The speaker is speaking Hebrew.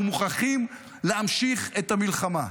אנחנו מוכרחים להמשיך את המלחמה.